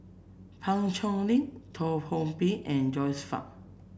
Pan Cheng Lui Teo Ho Pin and Joyce Fan